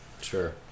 Sure